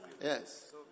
Yes